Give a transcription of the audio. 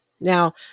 Now